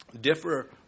differ